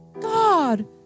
God